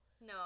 No